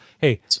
hey